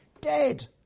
dead